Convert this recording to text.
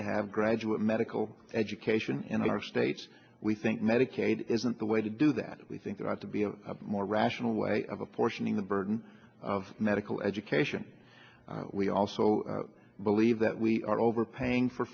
to have graduate medical education in our state we think medicaid isn't the way to do that we think there ought to be a more rational way of apportioning the burden of medical education we also believe that we are overpaying for